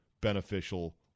beneficial